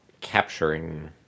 capturing